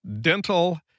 dental